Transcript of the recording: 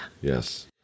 yes